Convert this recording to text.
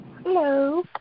Hello